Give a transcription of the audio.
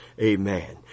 Amen